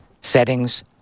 settings